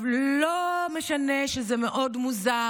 לא משנה שזה מאוד מוזר